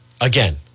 again